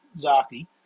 Zaki